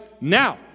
now